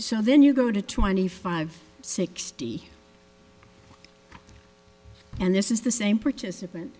so then you go to twenty five sixty and this is the same participant